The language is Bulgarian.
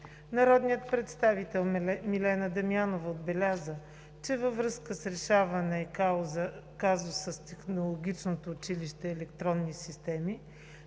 Народният представител Милена Дамянова отбеляза, че във връзка с решаване казуса с технологичното училище „Електронни системи“